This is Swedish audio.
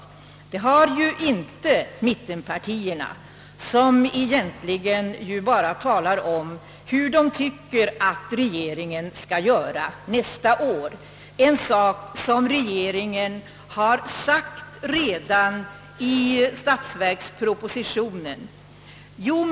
Något sådant har inte mittenpartierna, som egentligen bara talar om hur de tycker att regeringen bör göra nästa år, något som regeringen redan har uttalat sig om i statsverkspropositionen.